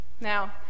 Now